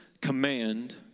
command